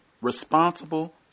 responsible